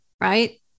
right